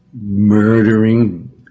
murdering